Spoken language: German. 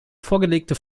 vorgelegte